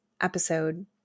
episode